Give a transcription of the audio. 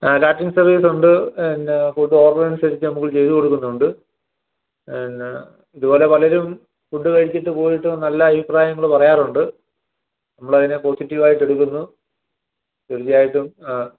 ആ കേറ്ററിംഗ് സർവീസുണ്ട് പിന്നെ ഫുഡ് ഓർഡർ അനുസരിച്ച് നമുക്ക് ചെയ്തു കൊടുക്കുന്നുണ്ട് ഇതുപോലെ പലരും ഫുഡ് കഴിച്ചിട്ട് പോയിട്ട് നല്ല അഭിപ്രായങ്ങൾ പറയാറുണ്ട് നമ്മളതിനെ പോസിറ്റീവായിട്ട് എടുക്കുന്നു ശരിയായിട്ടും ആ